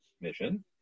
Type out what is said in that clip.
mission